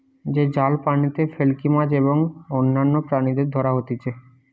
যে জাল পানিতে ফেলিকি মাছ এবং অন্যান্য প্রাণীদের ধরা হতিছে